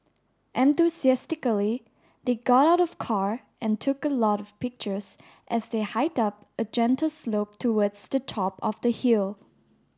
enthusiastically they got out of car and took a lot of pictures as they hiked up a gentle slope towards the top of the hill